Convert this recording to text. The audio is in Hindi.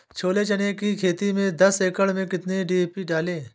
छोले चने की खेती में दस एकड़ में कितनी डी.पी डालें?